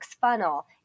funnel